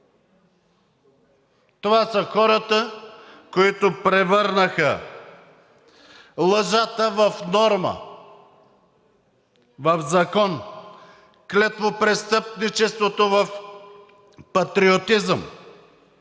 Това са хората, които превърнаха лъжата в норма, в закон, клетвопрестъпничеството в патриотизъм,